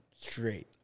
straight